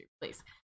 please